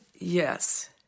Yes